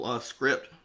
script